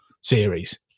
series